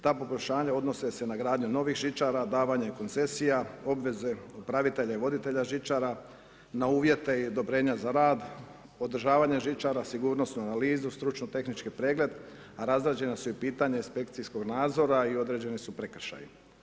Ta poboljšanja odnose se na gradnju novih žičara, davanje koncesije, obveze upravitelja i voditelja žičara na uvjete i odobrenja za rad, održavanje žičara, sigurnosnu analizu, stručno tehnički pregled, a razrađena su pitanja inspekcijskog nadzora i određeni su prekršaji.